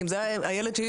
כי אם זה הילד שלי,